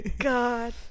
God